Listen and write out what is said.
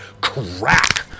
crack